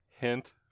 hint